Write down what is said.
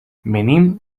venim